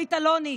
שולמית אלוני,